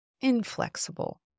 inflexible